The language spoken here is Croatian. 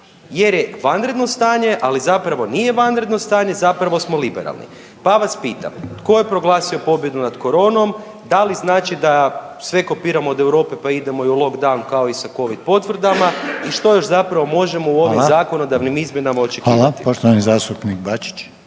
jer je vanredno stanje, ali zapravo nije vanredno stanje, zapravo smo liberalni. Pa vas pitam, tko je proglasio pobjedu nad koronom? Da li znači da sve kopiramo od Europe pa i idemo u lockdown kao i sa Covid potvrdama i što još zapravo možemo u ovim zakonodavnim .../Upadica: